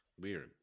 Weird